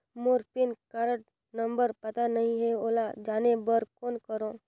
मोर PAN card number पता नहीं है, ओला जाने बर कौन करो?